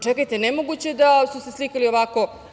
Čekajte, nemoguće je da su se slikali ovako.